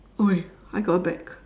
!oi! I got a bag